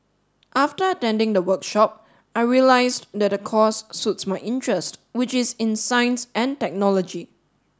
after attending the workshop I realised that the course suits my interest which is in science and technology